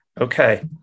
Okay